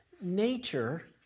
Nature